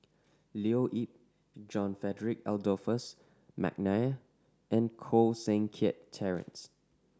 Leo Yip John Frederick Adolphus McNair and Koh Seng Kiat Terence